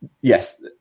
yes